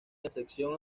excepción